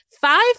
five